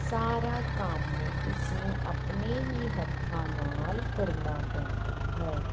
ਸਾਰਾ ਕੰਮ ਉਸਨੂੰ ਆਪਣੇ ਹੀ ਹੱਥਾਂ ਨਾਲ ਕਰਨਾ ਪੈਂਦਾ ਹੈ